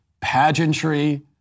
pageantry